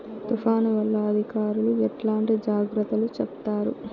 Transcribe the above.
తుఫాను వల్ల అధికారులు ఎట్లాంటి జాగ్రత్తలు చెప్తారు?